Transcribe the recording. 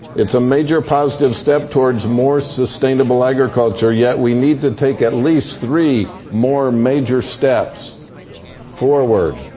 it's a major positive step towards more sustainable agriculture. yet, we need to take at least three more major steps forward.